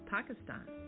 Pakistan